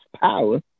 power